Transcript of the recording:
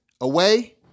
away